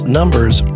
numbers